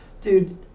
Dude